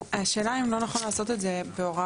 השאלה אם לא נכון לעשות את זה בהוראת